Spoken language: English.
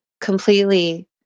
completely